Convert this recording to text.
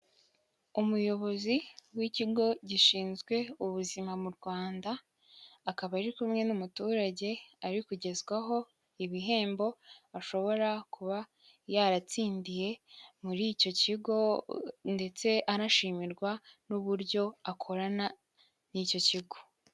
Umuyobozi w'ikigo gishinzwe ubuzima mu Rwanda akaba ari kumwe n'umuturage ari kugezwaho ibihembo ashobora kuba yaratsindiye muri icyo kigo ndetse anashimirwa n'uburyo akorana n'icyo kigo.